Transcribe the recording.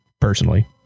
personally